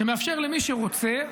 שמאפשר למי שרוצה,